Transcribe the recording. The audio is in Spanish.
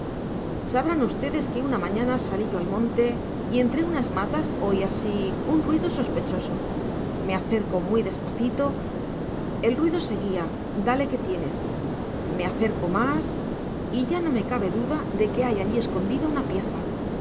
sabrán ustedes que una mañana salí yo al monte y entre unas matas oí así un ruido sospechoso me acerco muy despacito el ruido seguía dale que tienes me acerco más y ya no me cabe duda de que hay allí escondida una pieza